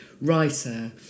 Writer